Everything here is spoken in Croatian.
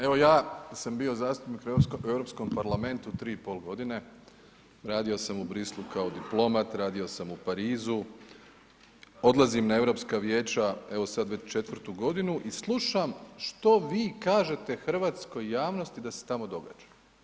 Evo ja sam bio zastupnik u Euorpskom parlamentu 3,5 godine, radio sam u Brislu kao diplomat, radio sam u Parizu, odlazim na europska vijeća evo sad već 4.-tu godinu i slušam što vi kažete hrvatskoj javnosti da se tamo događa.